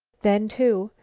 then, too,